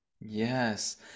Yes